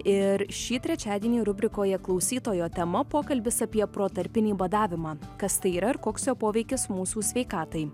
ir šį trečiadienį rubrikoje klausytojo tema pokalbis apie protarpinį badavimą kas tai yra ir koks jo poveikis mūsų sveikatai